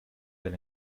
del